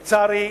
לצערי,